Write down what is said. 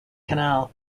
canal